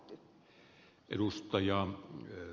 arvoisa herra puhemies